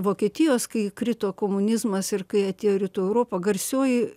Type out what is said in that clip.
vokietijos kai krito komunizmas ir kai atėjo rytų europa garsioji